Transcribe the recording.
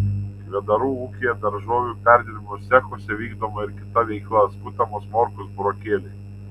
kvedarų ūkyje daržovių perdirbimo cechuose vykdoma ir kita veikla skutamos morkos burokėliai